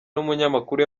n’umunyamakuru